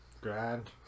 Grand